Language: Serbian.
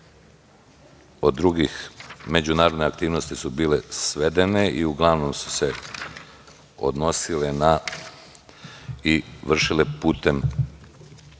drugih međunarodne aktivnosti su bile svedene i uglavnom su se odnosile i vršile putem